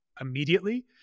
immediately